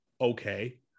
okay